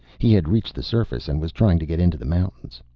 he had reached the surface and was trying to get into the mountains.